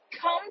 come